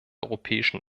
europäischen